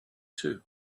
too